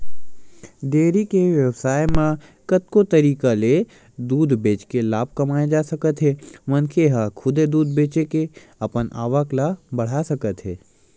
dairy के बेवसाय म कतको तरीका ले दूद बेचके लाभ कमाए जा सकत हे मनखे ह खुदे दूद बेचे के अपन आवक ल बड़हा सकत हे